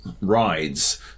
rides